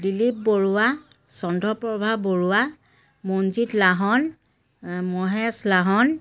Dilip Barua Chandraprabha Barua Manjit Lahon Mahesh Lahon